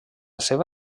seva